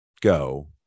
go